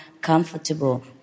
comfortable